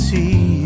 See